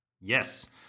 Yes